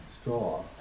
straw